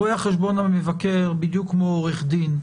רואה החשבון המבקר, בדיוק כמו עורך דין,